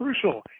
crucial